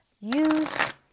use